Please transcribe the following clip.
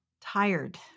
tired